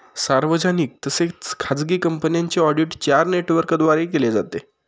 सार्वजनिक तसेच खाजगी कंपन्यांचे ऑडिट चार नेटवर्कद्वारे केले जाते